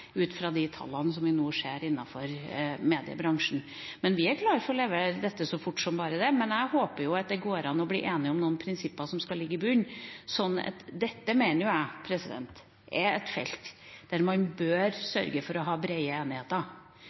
ut fra de tallene som vi nå ser innenfor mediebransjen. Vi er klare til å levere dette så fort som bare det, men jeg håper at det går an å bli enig om noen prinsipper som skal ligge i bunnen. Dette mener jeg er et felt der man bør sørge for å ha brede enigheter.